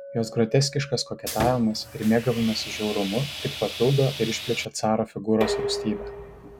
jos groteskiškas koketavimas ir mėgavimasis žiaurumu tik papildo ir išplečia caro figūros rūstybę